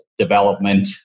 development